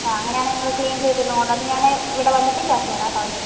ആ അങ്ങനെ ആണെൽ നിങ്ങള് ക്ലീൻ ചെയ്ത് ഇന്ന് കൊണ്ടുവന്നൊ ഞാന് ഇവിടെ വന്നിട്ട് ക്യാഷ് തരാട്ടോ ഓക്കെ